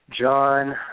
John